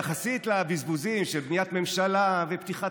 יחסית לבזבוזים של בניית ממשלה ופתיחת